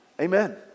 Amen